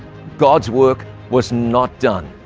god's work was not done.